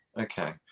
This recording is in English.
Okay